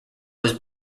was